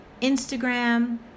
Instagram